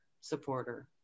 supporter